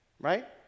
Right